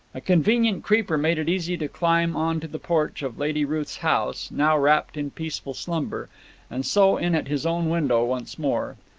a convenient creeper made it easy to climb on to the porch of lady ruth's house, now wrapped in peaceful slumber and so in at his own window once more.